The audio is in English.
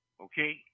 Okay